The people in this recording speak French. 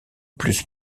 plus